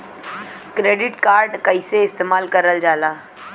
Credit card कईसे इस्तेमाल करल जाला?